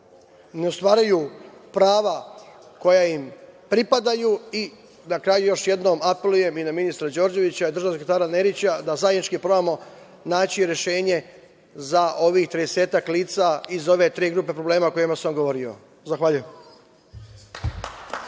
ne ostvaruju prava koja im pripadaju. Na kraju, još jednom apelujem i na ministra Đorđevića i državnog sekretara Nerića, da zajednički probamo naći rešenje za ovih tridesetak lica iz ove tri grupe problema o kojima sam govorio. Zahvaljujem.